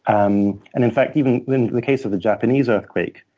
um and in fact, even in the case of the japanese earthquake,